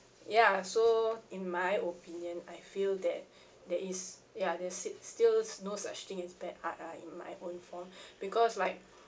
ya so in my opinion I feel that there is ya there's sit still no such thing as bad art lah in my own form because like